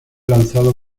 lanzado